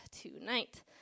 tonight